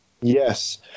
Yes